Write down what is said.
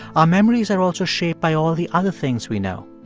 our memories are also shaped by all the other things we know.